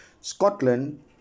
Scotland